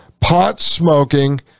pot-smoking